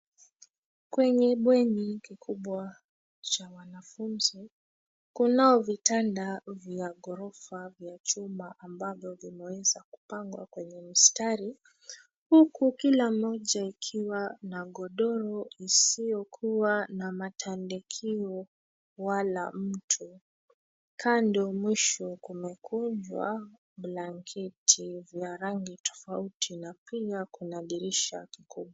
Kwenye bweni kikubwa cha wanafunzi, kunao vitanda vya ghorofa vya chuma ambavyo vimeweza kupangwa kwenye mstari huku kila mmoja ikiwa na godoro usiokuwa na matandikio wala mtu. Kando mwisho kumekujwa blanketi ya rangi tofauti na pia kuna dirisha kuu.